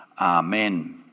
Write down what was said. Amen